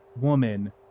woman